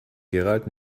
gerald